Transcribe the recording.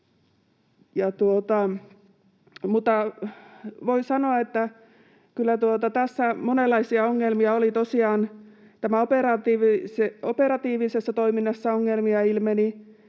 Voi sanoa, että kyllä tässä monenlaisia ongelmia tosiaan oli: operatiivisessa toiminnassa ongelmia ilmeni,